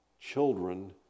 children